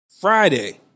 Friday